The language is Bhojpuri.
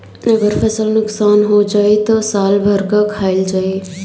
अगर फसल नुकसान हो जाई त साल भर का खाईल जाई